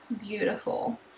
beautiful